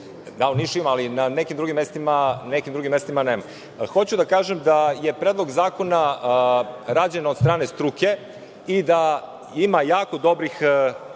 Dobro, u Nišu ima, ali na nekim drugim mestima nema. Hoću da kažem da je Predlog zakona rađen od strane struke i da ima jako dobrih